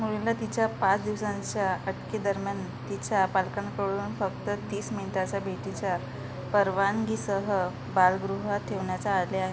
मुलीला तिच्या पाच दिवसांच्या अटकेदरम्यान तिच्या पालकांकडून फक्त तीस मिनटाच्या भेटीच्या परवानगीसह बालगृहात ठेवण्यात आले आहे